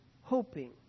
hoping